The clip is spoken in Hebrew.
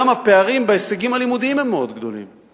גם הפערים בהישגים הלימודיים בה הם מאוד גדולים.